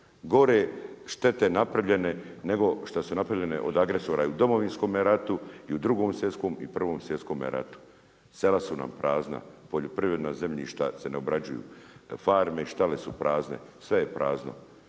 gore štete napravljene nego šta su napravljene od agresora i u Domovinskome ratu i u Drugom svjetskom i Prvom svjetskome ratu. Sela su nam prazna, poljoprivredna zemljišta se ne obrađuju, farme i štale su prazne, sve je prazno.